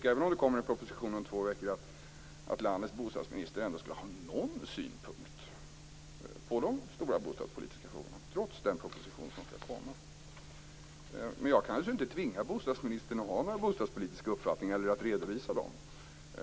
Även om det kommer en proposition om två veckor kan man möjligen tycka att landets bostadsminister ändå skulle ha någon synpunkt på de stora bostadspolitiska frågorna. Jag kan naturligtvis inte tvinga bostadsministern att ha några bostadspolitiska uppfattningar eller att redovisa dem.